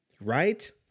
right